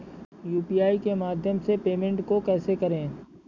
UPI के माध्यम से पेमेंट को कैसे करें?